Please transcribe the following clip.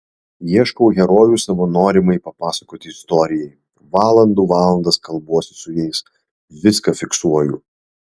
ieškau herojų savo norimai papasakoti istorijai valandų valandas kalbuosi su jais viską fiksuoju